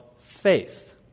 faith